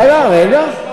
רגע, רגע.